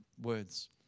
words